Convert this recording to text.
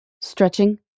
stretching